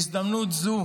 בהזדמנות זו